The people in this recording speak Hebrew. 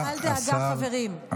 אבל אל דאגה, חברים.